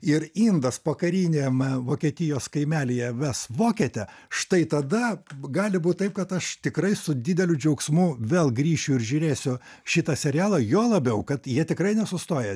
ir indas pokariniame vokietijos kaimelyje ves vokietę štai tada gali būt taip kad aš tikrai su dideliu džiaugsmu vėl grįšiu ir žiūrėsiu šitą serialą juo labiau kad jie tikrai nesustoja